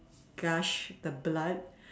gush the blood